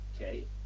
okay